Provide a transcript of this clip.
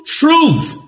truth